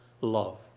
love